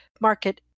market